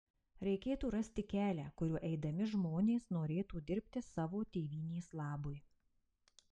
reikėtų rasti kelią kuriuo eidami žmonės norėtų dirbti savo tėvynės labui